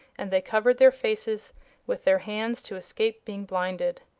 and they covered their faces with their hands to escape being blinded.